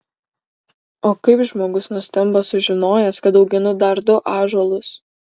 o kaip žmogus nustemba sužinojęs kad auginu dar du ąžuolus